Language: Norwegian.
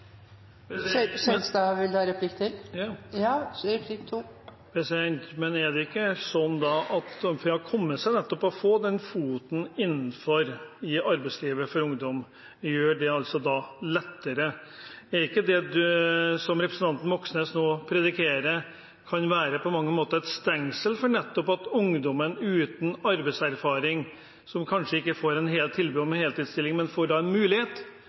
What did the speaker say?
Men er det ikke da slik at nettopp det å komme seg ut og få foten innenfor arbeidslivet for ungdom, gjør det lettere? Kan ikke det som representanten Moxnes nå prediker, på mange måter være et stengsel for nettopp ungdom uten arbeidserfaring, som kanskje ikke får tilbud om en heltidsstilling, men at de nettopp får muligheten til å komme inn i arbeidslivet gjennom en